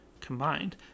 combined